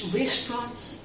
restaurants